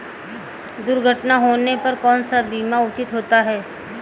दुर्घटना होने पर कौन सा बीमा उचित होता है?